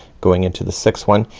going into the sixth one,